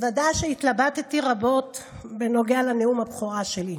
מתוודה שהתלבטתי רבות בנוגע לנאום הבכורה שלי,